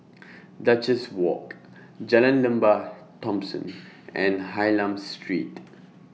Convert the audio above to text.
Duchess Walk Jalan Lembah Thomson and Hylam Street